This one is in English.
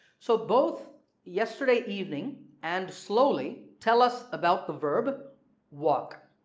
so both yesterday evening and slowly tell us about the verb walk.